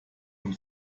nun